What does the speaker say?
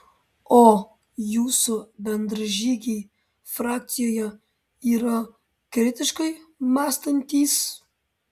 o jūsų bendražygiai frakcijoje yra kritiškai mąstantys